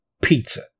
pizza